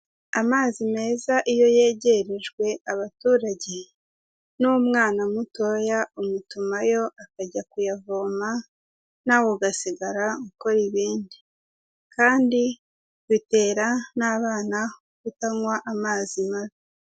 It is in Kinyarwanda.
Amazi meza iyo yegerejwe abaturage n'umwana mutoya umutumayo akajya kuyavoma nawe ugasigara ukora ibindi. Kandi bitera n'abana kutanywa amazi mabi.